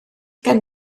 gen